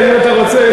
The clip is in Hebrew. אם אתה רוצה,